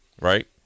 right